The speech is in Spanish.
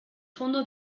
fondo